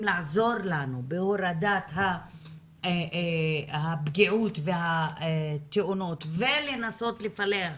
לעזור לנו בהורדת הפגיעות והתאונות ולנסות לפלח,